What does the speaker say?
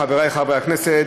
חברי חברי הכנסת,